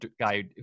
guy